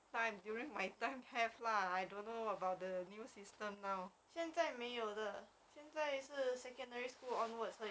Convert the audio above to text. during my time during my time have lah I don't know about the new system now